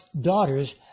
daughters